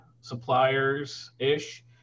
suppliers-ish